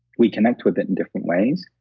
we connect with it in different ways.